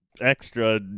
Extra